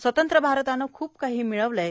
स्वतंत्र भारतानं खूप काही मिळवलं आहे